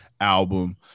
album